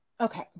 Okay